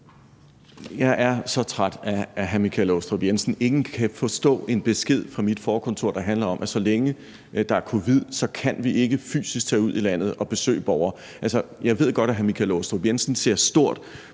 Michael Aastrup Jensen ikke kan forstå en besked fra mit forkontor, der handler om, at så længe der er covid-19, kan vi ikke fysisk tage ud i landet og besøge borgere. Altså, jeg ved godt, at hr. Michael Aastrup Jensen ser stort